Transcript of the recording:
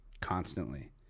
constantly